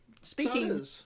speaking